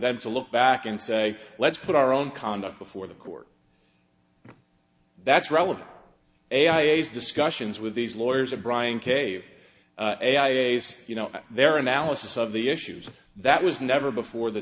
them to look back and say let's put our own conduct before the court that's relative a i a's discussions with these lawyers of brian k you know their analysis of the issues that was never before the